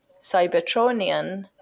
Cybertronian